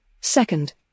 Second